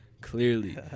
clearly